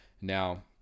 Now